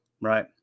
Right